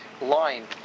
line